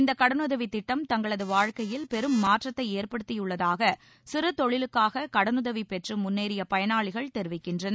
இந்த கடனுதவி திட்டம் தங்களது வாழ்க்கையில் பெரும் மாற்றத்தை ஏற்படுத்தியுள்ளதாக சிறுதொழிலுக்காக கடனுதவி பெற்று முன்னேறிய பயனாளிகள் தெரிவிக்கின்றனர்